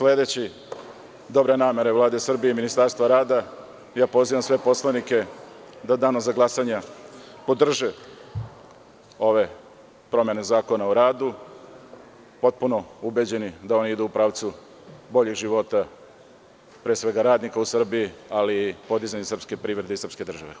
Sledeći dobre namere Vlade Srbije i Ministarstva rada, pozivam sve poslanike da u danu za glasanje podrže ove promene Zakona o radu, potpuno ubeđeni da one idu u pravcu boljeg života pre svega radnika u Srbiji, ali i podizanju srpske privrede i srpske države.